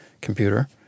computer